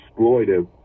exploitive